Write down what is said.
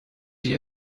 sich